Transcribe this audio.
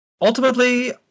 Ultimately